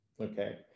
okay